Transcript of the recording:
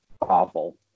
awful